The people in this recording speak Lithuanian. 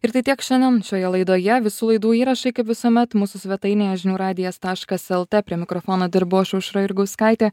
ir tai tiek šiandien šioje laidoje visų laidų įrašai kaip visuomet mūsų svetainėje žinių radijas taškas lt prie mikrofono dirbau aš aušra jurgauskaitė